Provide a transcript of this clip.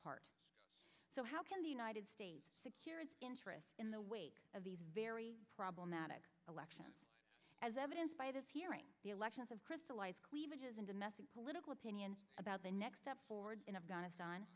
part so how can the united states secure its interests in the wake of these very problematic elections as evidenced by this hearing the elections of crystallized cleavage is in domestic political opinion about the next step forward in afghanistan